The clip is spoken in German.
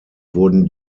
wurden